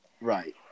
Right